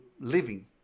living